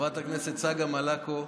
חברת הכנסת צגה מלקו,